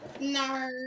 No